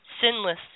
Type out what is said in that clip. sinless